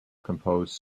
composed